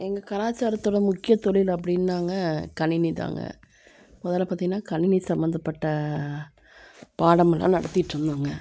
எங்கள் கலாச்சாரத்தோட முக்கிய தொழில் அப்படின்னாங்க கணினி தாங்க முதல்ல பாத்தோன்னா கணினி சம்மந்தப்பட்ட பாடமெல்லாம் நடத்திகிட்டு இருந்தோம்ங்க